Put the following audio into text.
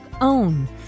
OWN